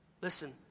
Listen